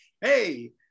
hey